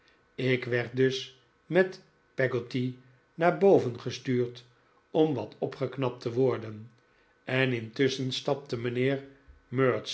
ik werd dus met peggotty naar boven gestuurd om wat opgeknapt te worden en intusschen stapte mijnheer